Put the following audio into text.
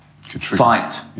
fight